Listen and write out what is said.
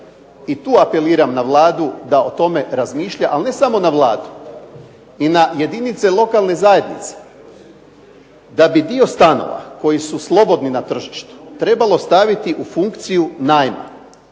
i tu apeliram na Vladu da o tome razmišlja, ali ne samo na Vladu, i na jedinice lokalne zajednice, da bi dio stanova koji su slobodni na tržištu trebalo staviti u funkciju najma